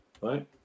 Right